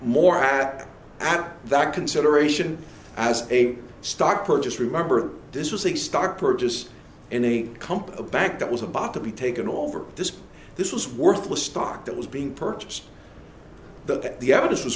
more at that consideration as a stock purchase remember this was a stock purchase and any company back that was about to be taken over this this was worthless stock that was being purchased that the evidence was